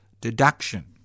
deduction